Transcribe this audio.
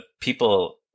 people